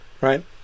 right